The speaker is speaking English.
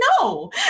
no